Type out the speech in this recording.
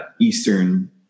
Eastern